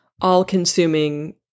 all-consuming